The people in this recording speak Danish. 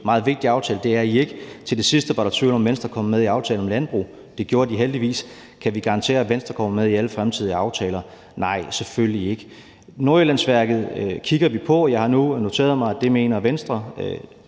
meget vigtig aftale, men det er I ikke. Til det sidste var der tvivl om, om Venstre kom med i aftalen om landbrug – det gjorde de heldigvis. Kan vi garantere, at Venstre kommer med i alle fremtidige aftaler? Nej, selvfølgelig ikke. Nordjyllandsværket kigger vi på. Jeg har nu noteret mig, at det mener Venstre